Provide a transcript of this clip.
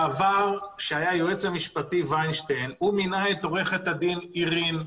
בעבר היועץ המשפטי ויינשטיין מינה את עו"ד אירין.